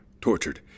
Tortured